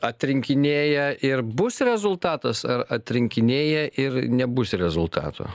atrinkinėja ir bus rezultatas ar atrinkinėja ir nebus rezultato